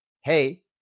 hey